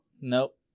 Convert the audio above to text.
Nope